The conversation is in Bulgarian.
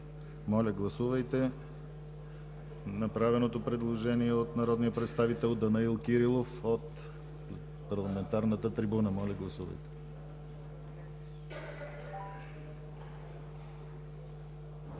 Моля, гласувайте направеното предложение от народния представител Данаил Кирилов от парламентарната трибуна. Гласували